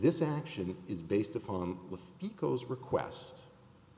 this action is based upon the ficos request